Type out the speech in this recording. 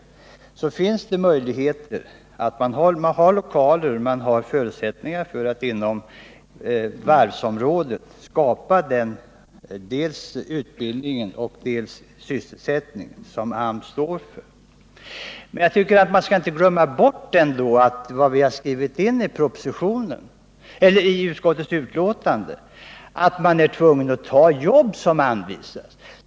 Vid varvet finns det emellertid möjligheter — man har lokaler, man har förutsättningar för att inom varvsområdet skapa dels den utbildning, dels den sysselsättning som AMS står för. Men jag tycker inte att man skall glömma bort vad utskottsmajoriteten har skrivit in i betänkandet, nämligen att man är tvungen att ta de jobb som anvisas.